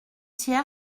hier